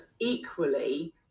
equally